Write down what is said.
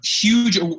huge